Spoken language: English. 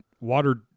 water